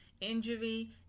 injury